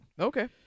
Okay